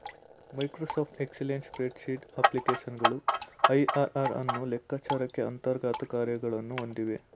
Microsoft excellent spreadsheet ಅಪ್ಲಿಕೇಶನ್ಗಳು IRR ಅನ್ನು ಲೆಕ್ಕಚಾರಕ್ಕೆ ಅಂತರ್ಗತ ಕಾರ್ಯಗಳನ್ನು ಹೊಂದಿವೆ